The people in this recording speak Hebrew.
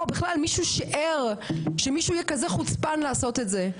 בכלל לא שיערו שמישהו יהיה כזה חוצפן לעשות את זה.